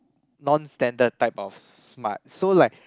non standard type of smart so like